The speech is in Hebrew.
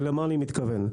ולמה אני מתכוון?